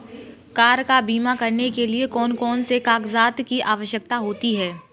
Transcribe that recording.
Car का बीमा करने के लिए कौन कौन से कागजात की आवश्यकता होती है?